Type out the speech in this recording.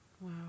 Wow